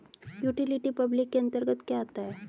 Utility public के अंतर्गत क्या आता है?